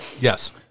Yes